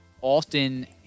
often